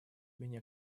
меня